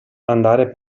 andare